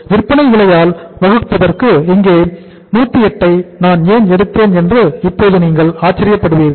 விற்பனை விலையால் வகுப்பதற்கு இங்குள்ள 108 ஐ நான் ஏன் எடுத்தேன் என்று இப்போது நீங்கள் ஆச்சரியப்படுவீர்கள்